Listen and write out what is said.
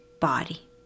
body